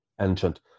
ancient